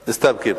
מסתפקים.